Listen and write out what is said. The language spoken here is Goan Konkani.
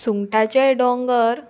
सुंगटाचे दांगर